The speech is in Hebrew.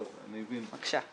בבקשה.